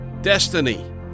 destiny